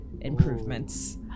improvements